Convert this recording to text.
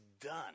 done